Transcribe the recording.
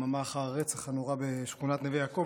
יממה אחר הרצח הנורא בשכונת נווה יעקב,